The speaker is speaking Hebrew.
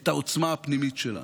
את העוצמה הפנימית שלנו.